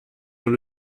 dans